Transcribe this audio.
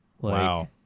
Wow